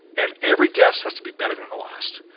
and every guest has to be better than the last.